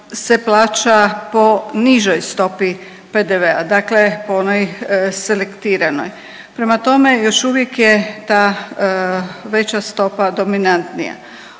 se plaća po nižoj stopi PDV-a. Dakle, po onoj selektiranoj. Prema tome, još uvijek je ta veća stopa dominantnija.